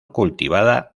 cultivada